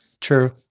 True